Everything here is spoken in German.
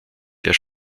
der